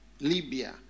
libya